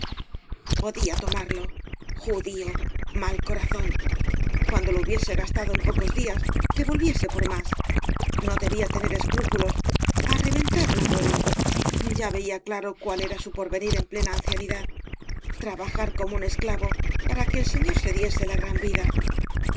podía tomarlo judío mal corazón cuando lo hubiese gastado en pocos días que volviese por más no debía tener esciúpulob a reventar al abuelo ya veía claro cuál era su porvenir en plena ancianidad trabajar como un esclavo para que el sefior se diese la gran vida